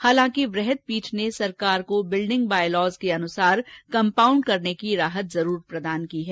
हालांकि वृहद पीठ ने सरकार को बिल्डिंग बायलॉज के अनुसार कंपाउंड करने की राहत जरूर प्रदान की है